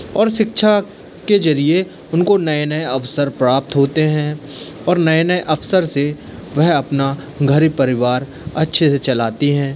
और शिक्षा के ज़रिए उनको नए नए अवसर प्राप्त होते हैं और नए नए अवसर से वह अपना घर परिवार अच्छे से चलाती हैं